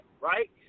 Right